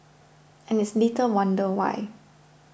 and it's little wonder why